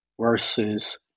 Versus